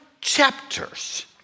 chapters